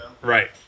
right